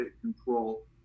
control